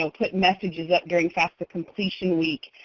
so put messages up during fafsa completion week